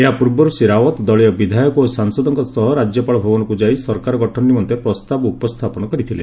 ଏହା ପୂର୍ବରୁ ଶ୍ରୀ ରାଓ୍ୱତ୍ ଦଳୀୟ ବିଧାୟକ ଓ ସାଂସଦଙ୍କ ସହ ରାଜ୍ୟପାଳ ଭବନକୁ ଯାଇ ସରକାର ଗଠନ ନିମନ୍ତେ ପ୍ରସ୍ତାବ ଉପସ୍ଥାପନ କରିଥିଲେ